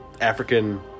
African